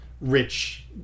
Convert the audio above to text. rich